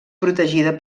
protegida